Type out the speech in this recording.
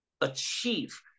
achieve